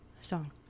song